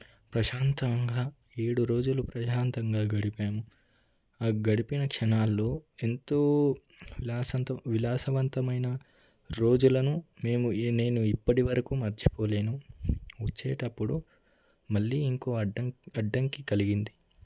ప్రశాంతంగా ఏడు రోజులు ప్రశాంతంగా గడిపాము ఆ గడిపిన క్షణాలు ఎంతో లాసతో అంత విలాసవంతమైన రోజులను మేము ఈనేను ఇప్పటివరకు మర్చిపోలేను వచ్చేటప్పుడు మళ్ళీ ఇంకో అడ్డం అడ్డంకి కలిగింది